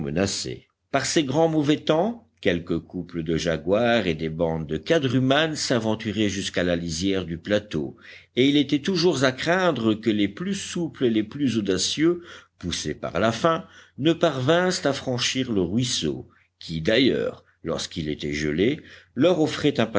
menacée par ces grands mauvais temps quelques couples de jaguars et des bandes de quadrumanes s'aventuraient jusqu'à la lisière du plateau et il était toujours à craindre que les plus souples et les plus audacieux poussés par la faim ne parvinssent à franchir le ruisseau qui d'ailleurs lorsqu'il était gelé leur offrait un